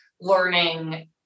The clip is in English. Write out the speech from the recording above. learning